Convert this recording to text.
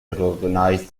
recognized